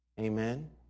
Amen